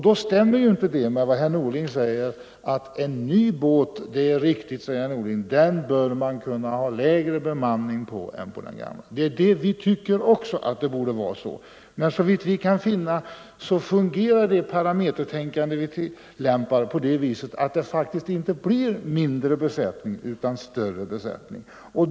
Då stämmer inte detta med vad herr Norling säger att man på en ny båt bör kunna ha en lägre bemanning än på en gammal. Vi tycker också att det borde vara så, men såvitt vi kan finna fungerar det parametertänkande vi tillämpar på det viset att det faktiskt inte behövs mindre besättning utan större.